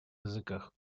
языках